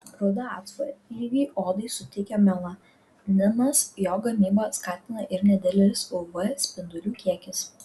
rudą atspalvį odai suteikia melaninas jo gamybą skatina ir nedidelis uv spindulių kiekis